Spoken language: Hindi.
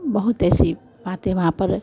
बहुत ऐसी बातें वहाँ पर